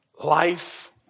life